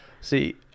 See